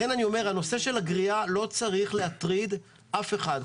לכן הנושא של הגריעה לא צריך להטריד אף אחד.